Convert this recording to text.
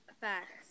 facts